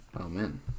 Amen